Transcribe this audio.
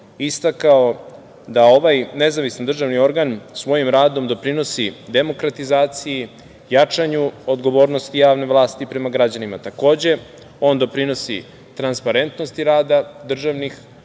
istakao da ovaj nezavisni državni organ svojim radom doprinosi demokratizaciji, jačanju odgovornosti javne vlasti prema građanima takođe. On doprinosi transparentnosti rada državnih